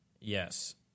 Yes